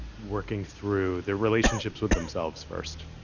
working through their relationships with themselves first.